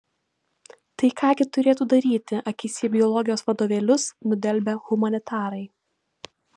tai ką gi turėtų daryti akis į biologijos vadovėlius nudelbę humanitarai